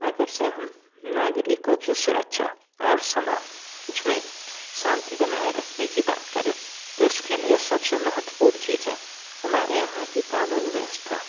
अगर जैसे हम नागरिकों की सुरक्षा और समाज में शांति बनाए रखने की बात करें तो इसके लिए सबसे महत्वपूर्ण चीज है हमारे यहाँ की कानून व्यवस्था